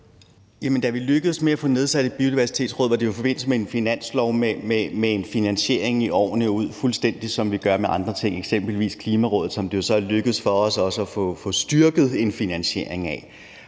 Da vi lykkedes med at få nedsat et Biodiversitetsråd, var det jo i forbindelse med en finanslov med en finansiering i årene frem, fuldstændig som vi gør med andre ting, eksempelvis Klimarådet, som det så er lykkedes os også at få styrket en finansiering af.